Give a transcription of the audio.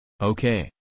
Okay